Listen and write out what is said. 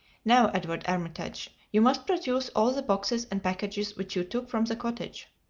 now, edward armitage, you must produce all the boxes and packages which you took from the cottage.